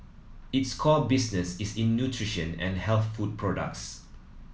its core business is in nutrition and health food products